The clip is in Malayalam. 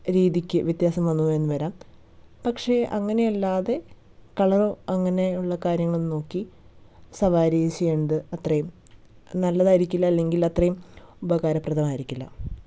രീതിക്ക് വ്യത്യാസം വന്നൂ എന്ന് വരാം പക്ഷേ അങ്ങനെയല്ലാതെ കളർ അങ്ങനെയുള്ള കാര്യങ്ങൾ നോക്കി സവാരി ചെയ്യുന്നത് അത്രയും നല്ലതായിരിക്കില്ല അല്ലെങ്കിൽ അത്രയും ഉപകരപ്രദമായിരിക്കില്ല